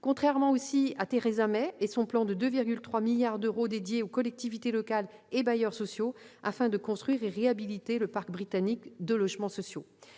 contrairement aussi à Theresa May, qui a lancé un plan de 2,3 milliards d'euros dédiés aux collectivités locales et bailleurs sociaux afin de construire et de réhabiliter le parc britannique de logements sociaux.